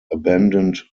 abandoned